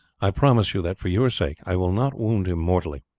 i promise you that for your sake i will not wound him mortally.